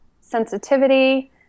sensitivity